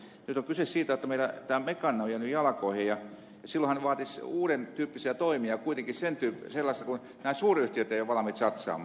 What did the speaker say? nyt on kyse siitä jotta meillä tämä mekaaninen on jäänyt jalkoihin ja silloinhan se vaatisi uudentyyppisiä toimia kun nämä suuryhtiöt eivät ole valmiita siihen satsaamaan